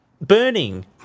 Burning